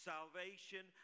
Salvation